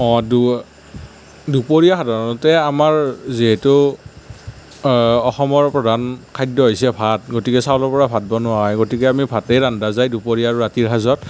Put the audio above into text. অ দু দুপৰীয়া সাধাৰণতে আমাৰ যিহেতু অসমৰ প্ৰধান খাদ্য হৈছে ভাত গতিকে চাউলৰ পৰা ভাত বনোৱা হয় গতিকে আমি ভাতেই ৰন্ধা যায় দুপৰীয়া আৰু ৰাতিৰ সাজত